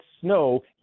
snow